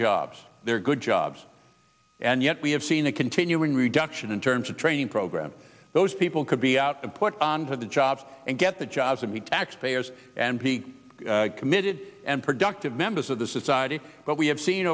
jobs there are good jobs and yet we have seen a continuing reduction in terms of training programs those people could be out and put onto the jobs and get the jobs and we taxpayers and be committed and productive members of the society but we have seen